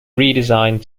redesigned